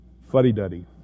fuddy-duddy